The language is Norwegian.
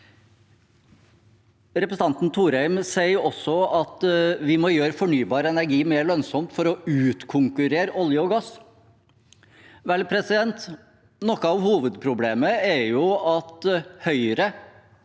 Representanten Thorheim sier også at vi må gjøre fornybar energi mer lønnsomt for å utkonkurrere olje og gass. Vel, noe av hovedproblemet er at Høyre,